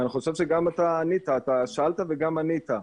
ואני חושב שגם אתה ענית, אתה שאלת וגם ענית.